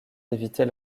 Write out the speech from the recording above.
d’éviter